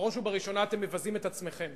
בראש ובראשונה אתם מבזים את עצמכם.